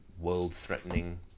world-threatening